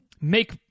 make